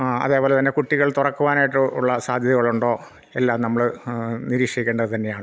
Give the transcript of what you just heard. അതേപോലെ തന്നെ കുട്ടികൾ തുറക്കുവാനായിട്ടുള്ള സാധ്യതകളുണ്ടോ എല്ലാം നമ്മൾ നിരീക്ഷിക്കേണ്ടത് തന്നെയാണ്